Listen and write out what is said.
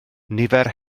nifer